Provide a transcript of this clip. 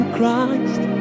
Christ